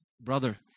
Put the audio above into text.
brother